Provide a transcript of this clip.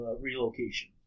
relocation